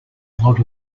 lot